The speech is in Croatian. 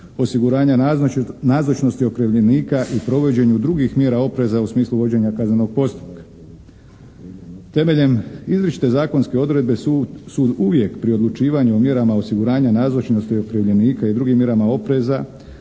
osiguranja nazočnosti okrivljenika i provođenju drugih mjera opreza u smislu vođenja kaznenog postupka. Temeljem izričite zakonske odredbe sud uvijek pri odlučivanju o mjerama osiguranja nazočnosti okrivljenika i drugim mjerama opreza